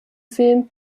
film